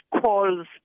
calls